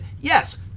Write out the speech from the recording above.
yes